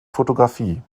fotografie